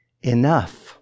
enough